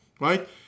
right